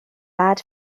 bad